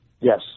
Yes